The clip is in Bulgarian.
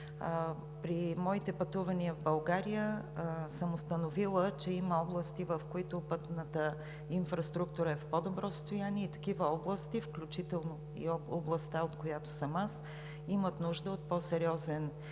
При моите пътувания в България съм установила, че има области, в които пътната инфраструктура е в по-добро състояние, включително и областта, от която съм аз, имат нужда от по-сериозен ангажимент